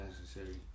necessary